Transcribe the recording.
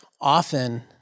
often